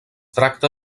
tracta